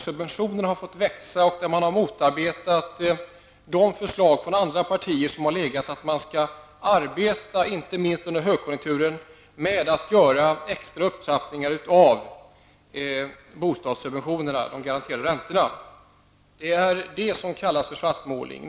Subventionerna har fått växa, och man har motarbetat förslag från andra partier om att arbeta inte minst under högkonjunkturen med att göra extra upptrappningar av bostadssubventionerna, de garanterade räntorna. Det kallas för svartmålning.